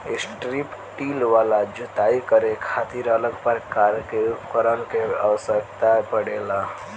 strip till वाला जोताई करे खातिर अलग प्रकार के उपकरण के आवस्यकता पड़ेला